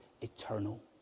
eternal